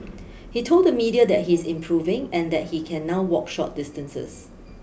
he told the media that he is improving and that he can now walk short distances